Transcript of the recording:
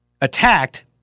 attacked